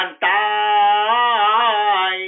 die